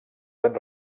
ben